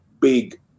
big